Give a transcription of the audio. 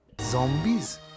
Zombies